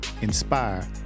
inspire